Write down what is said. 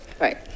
Right